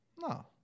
No